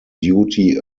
duty